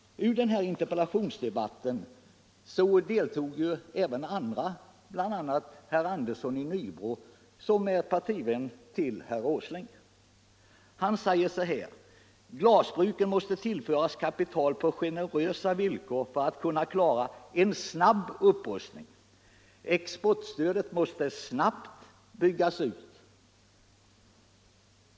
I den nämnda interpellationsdebatten dehog även herr Andersson i Nybro, som är partivän till herr Åsling. Han sade: ”Glasbruken måste tillföras kapital på-generösa villkor för att kunna klara en snabb upprustning ——--. Exportstödet måste snabbt byggas ut --—-."